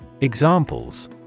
Examples